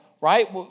right